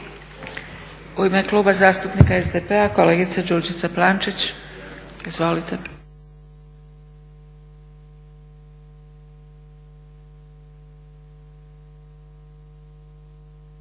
U ime Kluba zastupnika SDP-a kolegica Đurđica Plančić. Izvolite.